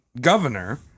governor